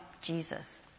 Jesus